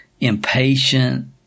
impatient